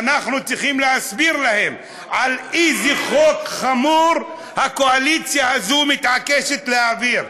ואנחנו צריכים להסביר להם איזה חוק חמור הקואליציה הזאת מתעקשת להעביר,